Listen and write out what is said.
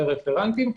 זה רפרנטים,